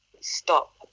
stop